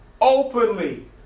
openly